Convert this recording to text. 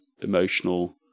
emotional